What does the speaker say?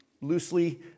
loosely